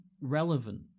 relevant